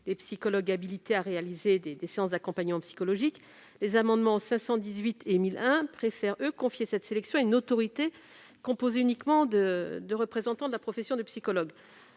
les psychologues habilités à réaliser des séances d'accompagnement psychologique, l'amendement n 1001 tend, quant à lui, à confier cette sélection à une autorité composée uniquement de représentants de la profession de psychologue.